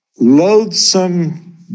loathsome